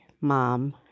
mom